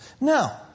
Now